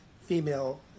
female